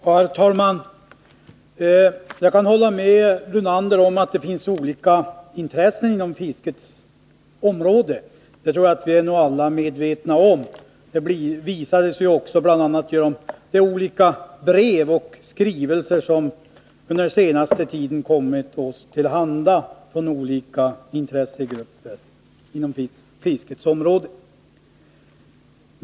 Herr talman! Jag håller med Lennart Brunander om att det kan finnas olika intressen inom fiskeområdet. Det är vi nog alla medvetna om. Det har också visat sig bl.a. genom de olika brev och skrivelser som under den senaste tiden kommit oss till handa från olika intressegrupper inom fiskeområdet.